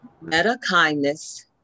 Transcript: Meta-kindness